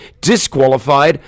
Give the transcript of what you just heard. Disqualified